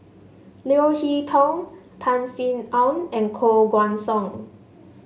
Leo Hee Tong Tan Sin Aun and Koh Guan Song